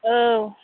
औ